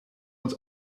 uns